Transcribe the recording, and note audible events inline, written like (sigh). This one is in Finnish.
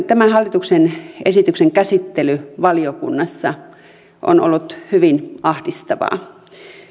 (unintelligible) tämän hallituksen esityksen käsittely valiokunnassa on ollut hyvin ahdistavaa